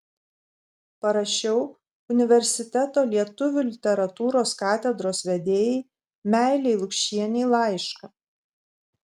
parašiau universiteto lietuvių literatūros katedros vedėjai meilei lukšienei laišką